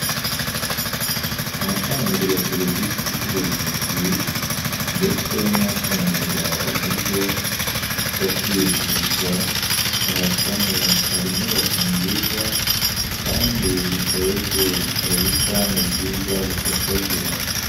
Ahatangirwa serivisi z'ubuvuzi ndetse n'ahatangirwa uburyo bwo kwivuza harasa neza, hari inyubako nziza kandi ziteye ubwuzu, hari ubusitani bwiza bushashagirana.